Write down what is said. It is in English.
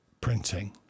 printing